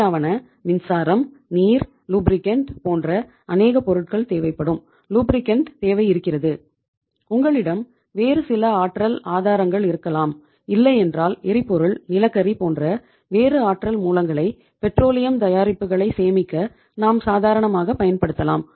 அவையாவன மின்சாரம் நீர் லூப்ரிகன்ட் தேவை இருக்கிறது உங்களிடம் வேறு சில ஆற்றல் ஆதாரங்கள் இருக்கலாம் இல்லையென்றால் எரிபொருள் நிலக்கரி போன்ற வேறு ஆற்றல் மூலங்களை பெட்ரோலியம் தயாரிப்புகளை சேமிக்க நாம் சாதாரணமாக பயன்படுத்தலாம்